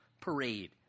parade